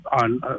on